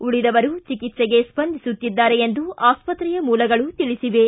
ಉಳಿದವರು ಚಿಕಿತ್ಸೆಗೆ ಸ್ಪಂದಿಸುತ್ತಿದ್ದಾರೆ ಎಂದು ಆಸ್ಪತ್ರೆಯ ಮೂಲಗಳು ತಿಳಿಸಿವೆ